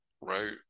right